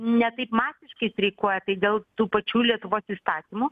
ne taip masiškai streikuoja dėl tų pačių lietuvos įstatymų